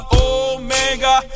omega